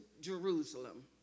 Jerusalem